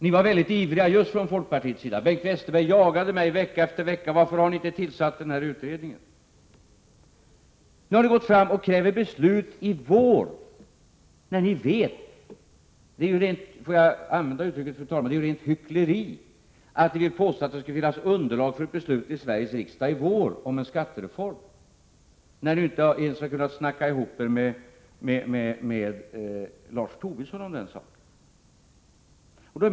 Ni var väldigt ivriga just i folkpartiet — Bengt Westerberg jagade mig vecka efter vecka och frågade: Varför har ni inte tillsatt den här utredningen? Nu går ni fram och kräver beslut i vår. Det är ju hyckleri, om jag får använda det uttrycket, fru talman, att påstå att det skulle finnas underlag i Sveriges riksdag i vår för en skattereform, när ni inte ens har kunnat snacka ihop er med Lars Tobisson om den saken.